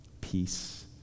peace